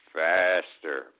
faster